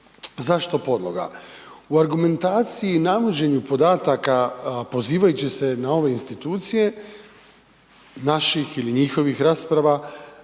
zašto podloga? U argumentaciji i navođenju podataka, pozivajući se na ove Institucije naših ili njihovih rasprava,